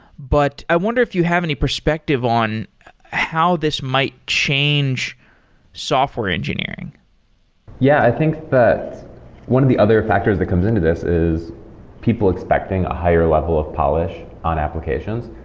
but i wonder if you have any perspective on how this might change software engineering yeah. i think that one of the other factors that comes into this is people expecting a higher level of polish on applications.